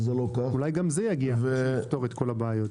זה לא ככה -- אולי גם זה יגיע אחרי שנפתור את כל הבעיות.